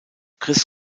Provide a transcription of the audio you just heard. chris